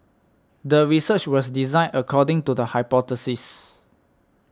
the research was designed according to the hypothesis